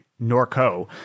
Norco